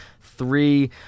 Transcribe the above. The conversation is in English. three